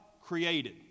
created